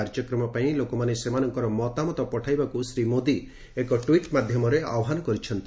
କାର୍ଯ୍ୟକ୍ରମ ପାଇଁ ଲୋକମାନେ ସେମାନଙ୍କର ମତାମତ ପଠାଇବାକୁ ଶ୍ରୀ ମୋଦୀ ଏକ ଟ୍ୱିଟ୍ ମାଧ୍ୟମରେ ଆହ୍ପାନ କରିଛନ୍ତି